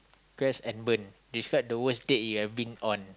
quest and burn describe the worst day you have been on